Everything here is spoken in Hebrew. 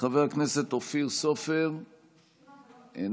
חבר הכנסת אופיר סופר, איננו.